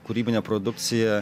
kūrybinė produkcija